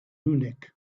munich